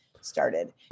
started